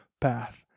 path